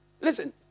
Listen